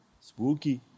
spooky